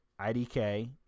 IDK